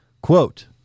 Quote